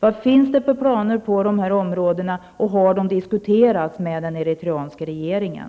Vad finns det för planer på dessa områden och har de diskuterats med den eritreanska regeringen?